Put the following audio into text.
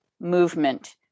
Movement